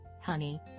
honey